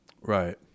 Right